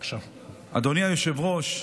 אדוני היושב-ראש,